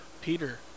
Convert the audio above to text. Peter